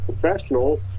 professional